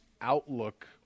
outlook